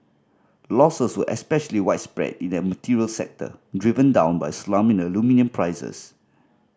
losses were especially widespread in the materials sector driven down by a slump in aluminium prices